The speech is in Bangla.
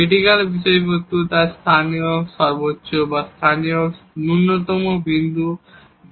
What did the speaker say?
ক্রিটিকাল বিষয়গুলিকে লোকাল ম্যাক্সিমা এবং লোকাল মিনিমা বিন্দু বলে